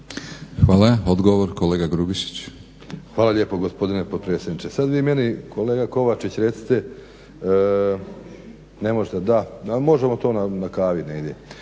Boro (HDSSB)** Hvala lijepo gospodine potpredsjedniče. Sad vi meni kolega Kovačić recite, ne možete, da. Možemo to na kavi negdje.